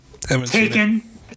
Taken